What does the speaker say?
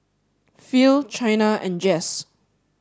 Phil Chynna and Jess